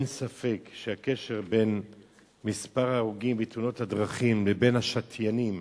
אין ספק שהקשר בין מספר ההרוגים בתאונות הדרכים לבין השתיינים